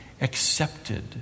accepted